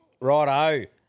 Righto